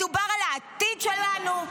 מדובר על העתיד שלנו,